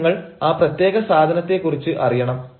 ആദ്യം നിങ്ങൾ ആ പ്രത്യേക സാധനത്തെ കുറിച്ച് അറിയണം